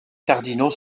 cardinaux